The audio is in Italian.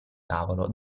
tavolo